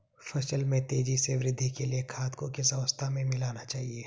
फसल में तेज़ी से वृद्धि के लिए खाद को किस अवस्था में मिलाना चाहिए?